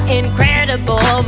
incredible